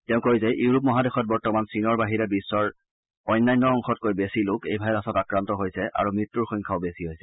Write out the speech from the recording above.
তেওঁ কয় যে ইউৰোপ মহাদেশত বৰ্তমান চীনৰ বাহিৰে বিশ্বৰ অন্যান্য অংশতকৈ বেছি লোক এই ভাইৰাছত আক্ৰান্ত হৈছে আৰু মৃত্যৰ সংখ্যাও বেছি হৈছে